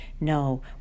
No